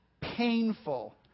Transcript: painful